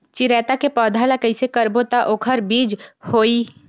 चिरैता के पौधा ल कइसे करबो त ओखर बीज होई?